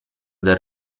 del